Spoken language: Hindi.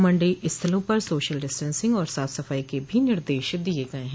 मंडी स्थलों पर सोशल डिस्टेंसिंग और साफ सफाई के भी निर्देश दिये गये हैं